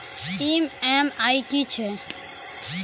EMI की छिये?